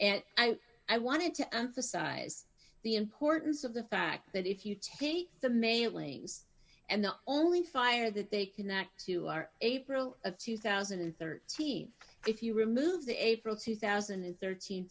and i i wanted to emphasize the importance of the fact that if you take the mailings and the only fire that they connect to are april of two thousand and thirteen if you remove the april two thousand and thirteen